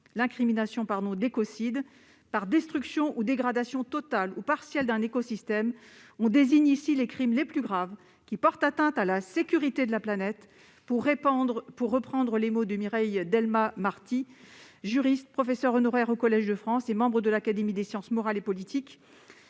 l'incrimination d'écocide par destruction ou dégradation totale ou partielle d'un écosystème. On désigne ici les crimes les plus graves, qui portent atteinte à la sécurité de la planète, pour reprendre les mots de Mireille Delmas-Marty, juriste, professeur honoraire au Collège de France et membre de l'Académie des sciences morales et politiques,